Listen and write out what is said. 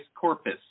corpus